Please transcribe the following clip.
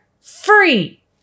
free